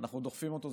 אנחנו דוחפים אותו.